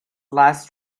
last